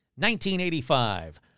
1985